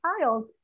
child